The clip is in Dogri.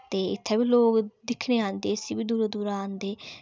ते इत्थै बी लोक दिक्खने गी आंदे इसी बी दूरा दूरा दा आंदे